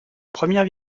première